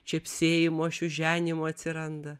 čepsėjimo šiuženimo atsiranda